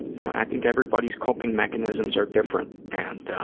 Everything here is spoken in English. you know, i think everybody's coping mechanisms are different, and